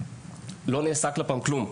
לא נעשה כלפיהם כלום.